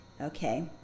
Okay